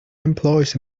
employs